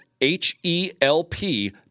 H-E-L-P